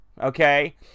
okay